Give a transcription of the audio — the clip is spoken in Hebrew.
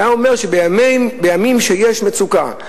היה אומר שבימים שיש מצוקה,